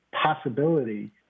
possibility